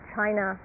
China